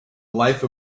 life